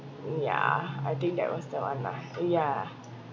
mm yeah I think that was the one lah ah yeah